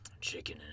chicken